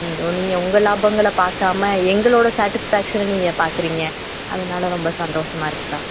ம் ஓ நீங்கள் உங்கள் லாபங்களை பார்க்காம எங்களோடய சேட்டிஸ்ஃபேக்ஷனை நீங்கள் பார்க்குறீங்க அதனால் ரொம்ப சந்தோஷமா இருக்குக்கா